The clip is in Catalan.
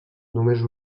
només